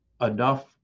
enough